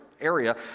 area